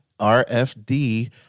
RFD